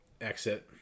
exit